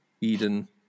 Eden